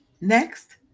Next